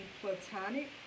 platonic